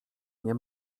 nie